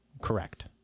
correct